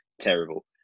terrible